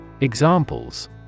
Examples